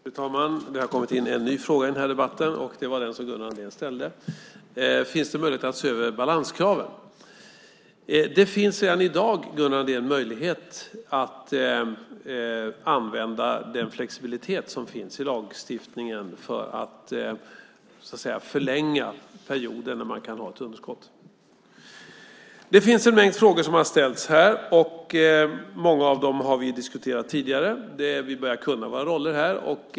Fru talman! Det har kommit in en ny fråga i debatten, och det var den som Gunnar Andrén ställde. Finns det en möjlighet att se över balanskraven? Det finns redan i dag, Gunnar Andrén, möjlighet att använda den flexibilitet som finns i lagstiftningen för att så att säga förlänga perioden när man kan ha ett underskott. Det finns en mängd frågor som har ställts här. Många av dem har vi diskuterat tidigare. Vi börjar kunna våra roller.